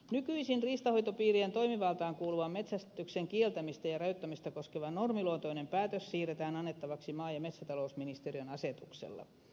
nykyisin riistanhoitopiirien toimivaltaan kuuluva metsästyksen kieltämistä ja rajoittamista koskeva normiluontoinen päätös siirretään annettavaksi maa ja metsätalousministeriön asetuksella